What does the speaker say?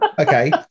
Okay